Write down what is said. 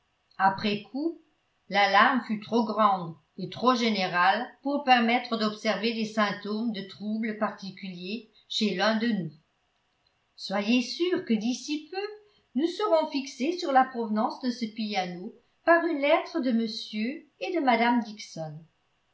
après coup l'alarme fut trop grande et trop générale pour permettre d'observer des symptômes de trouble particulier chez l'un de nous soyez sûr que d'ici peu nous serons fixés sur la provenance de ce piano par une lettre de m et de mme dixon